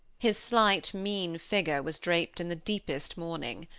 his slight, mean figure was draped in the deepest mourning.